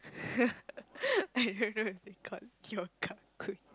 I don't know if they caught your card going